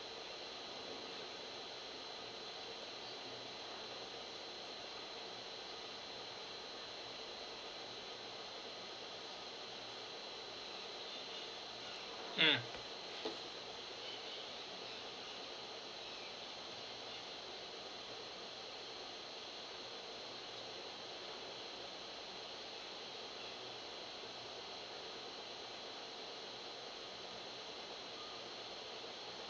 mm